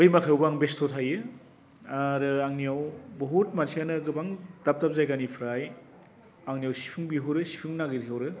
बै माखायावबो आं बेस्थ' थायो आरो आंनियाव बहुथ मानसियानो गोबां दाब दाब जायगानिफ्राय आंनियाव सिफुं बिहरो सिफुं नागिर हरो